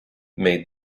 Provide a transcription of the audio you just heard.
made